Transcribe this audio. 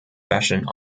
vashon